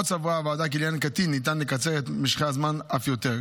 עוד סברה הוועדה כי לעניין קטין ניתן לקצר את משכי הזמן אף יותר.